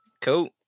Cool